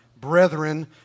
brethren